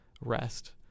rest